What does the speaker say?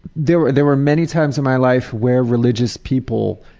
there were there were many times in my life where religious people